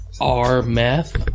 R-Meth